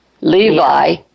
Levi